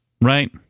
Right